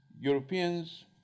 Europeans